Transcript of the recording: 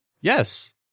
yes